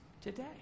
today